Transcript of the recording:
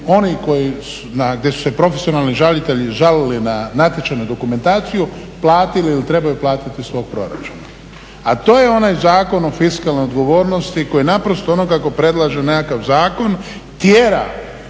oni koji, gdje su se profesionalni žalitelji žalili na natječajnu dokumentaciju platili ili trebaju platiti iz svog proračuna, a to je onaj Zakon o fiskalnoj odgovornosti koji naprosto onoga tko predlaže nekakav zakon tjera